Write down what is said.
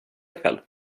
ikväll